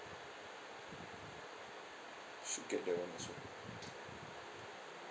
should get that one also